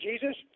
jesus